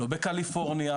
לא בקליפורניה,